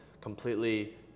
completely